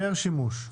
פר שימוש?